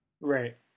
Right